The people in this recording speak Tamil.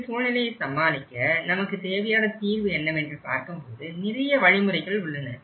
இந்த சூழ்நிலையை சமாளிக்க நமக்கு தேவையான தீர்வு என்னவென்று பார்க்கும்போது நிறைய வழிமுறைகள் உள்ளன